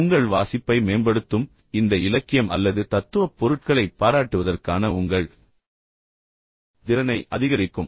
இது உங்கள் வாசிப்பை மேம்படுத்தும் பின்னர் இந்த இலக்கியம் அல்லது தத்துவப் பொருட்களைப் பாராட்டுவதற்கான உங்கள் திறனை அதிகரிக்கும்